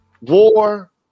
War